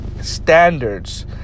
standards